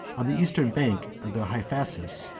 on the eastern bank of the hyphasis,